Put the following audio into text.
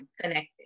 connected